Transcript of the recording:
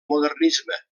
modernisme